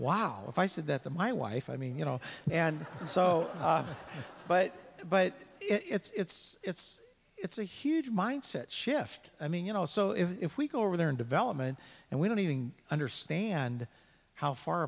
wow if i said that the my wife i mean you know and so but but it's it's it's a huge mindset shift i mean you know so if we go over there in development and we don't even understand how far